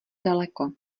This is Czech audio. daleko